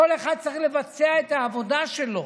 כל אחד צריך לבצע את העבודה שלו.